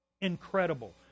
Incredible